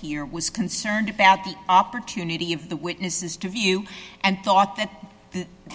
here was concerned about the opportunity of the witnesses to view and thought that